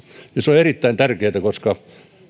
ja se on erittäin tärkeätä koska